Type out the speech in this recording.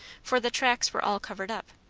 for the tracks were all covered up.